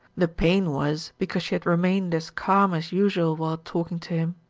the pain was because she had remained as calm as usual while talking to him.